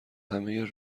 همهی